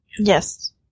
Yes